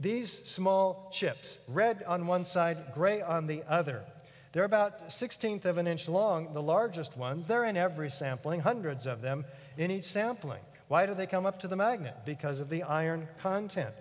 these small chips red on one side gray on the other they're about sixteenth of an inch long the largest ones there are in every sampling hundreds of them in each sampling why do they come up to the magnet because of the iron content